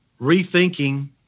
rethinking